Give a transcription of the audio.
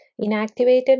inactivated